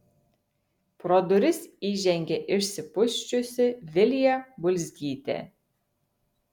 pro duris įžengė išsipusčiusi vilija bulzgytė